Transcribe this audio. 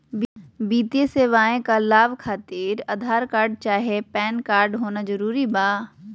वित्तीय सेवाएं का लाभ खातिर आधार कार्ड चाहे पैन कार्ड होना जरूरी बा?